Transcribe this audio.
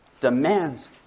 demands